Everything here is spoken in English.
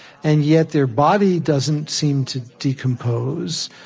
and yet, their body doesn't seem to decompose.